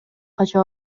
кача